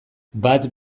bat